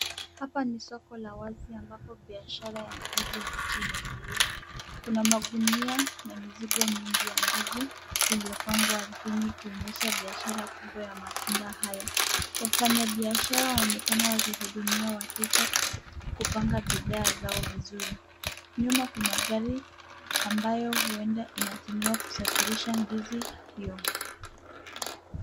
Hapa ni soko la wazi ambapo biashara ya ndizi mbichi inaendelea. Kuna magunia na mizigo mingi ya ndizi iliyopangwa ardhini ikionyesha biashara kubwa ya matunda hayo. Wafanyabiashara waonekana wakihudumia wateja kupanga bidhaa zao vizuri. Nyuma kuna gari ambayo huenda inatumiwa kusafirisha ndizi hiyo.